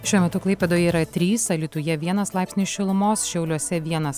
šiuo metu klaipėdoje yra trys alytuje vienas laipsnis šilumos šiauliuose vienas